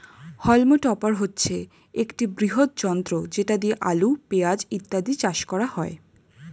হল্ম topper হচ্ছে একটি বৃহৎ যন্ত্র যেটা দিয়ে আলু, পেঁয়াজ ইত্যাদি চাষ করা হয়